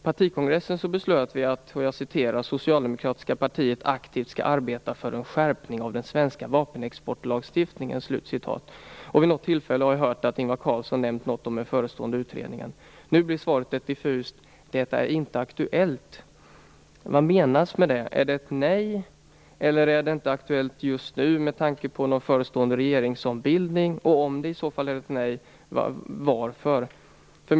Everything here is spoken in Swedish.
Partikongressen har beslutat att det socialdemokratiska partiet aktivt skall arbeta för en skärpning av den svenska vapenexportlagstiftningen. Vid något tillfälle har jag hört att Ingvar Carlsson har nämnt något om den förestående utredningen. Nu blir svaret ett diffust: "Det är inte aktuellt." Vad menas med det? Är det ett nej, eller är det inte aktuellt just nu, med tanke på en förestående regeringsombildning? Om det är ett nej undrar jag varför.